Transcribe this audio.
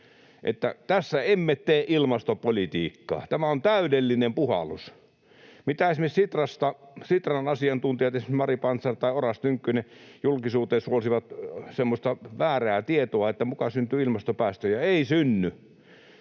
että tässä emme tee ilmastopolitiikkaa, tämä on täydellinen puhallus. Esimerkiksi Sitran asiantuntijat, esimerkiksi Mari Pantsar tai Oras Tynkkynen, julkisuuteen suolsivat semmoista väärää tietoa, että muka syntyy ilmastopäästöjä — ei synny.